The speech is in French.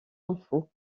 infos